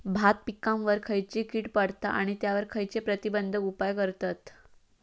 भात पिकांवर खैयची कीड पडता आणि त्यावर खैयचे प्रतिबंधक उपाय करतत?